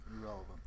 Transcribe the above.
Irrelevant